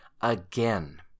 again